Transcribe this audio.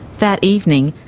that evening,